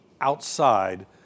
outside